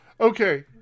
Okay